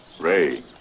Ray